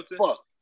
fuck